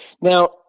Now